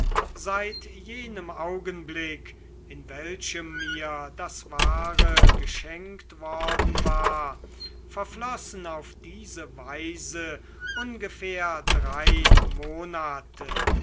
seit jenem augenblick in welchem mir das wahre geschenkt worden war verflossen auf diese weise ungefähr drei monate